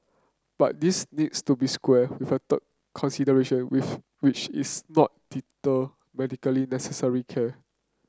but this needs to be square with a third consideration with which is not deter medically necessary care